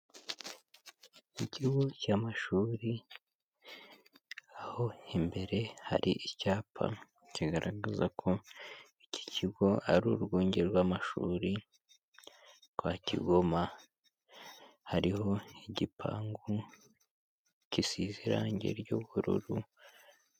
Mu ikigo cy'amashuri aho imbere hari icyapa kigaragaza ko iki kigo ari urwunge rw'amashuri rwa Kigoma, hariho igipangu gisize irangi ry'ubururu,...